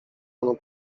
ono